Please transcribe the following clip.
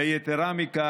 ויתרה מכך,